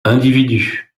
individus